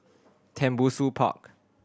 Tembusu Park